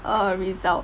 err result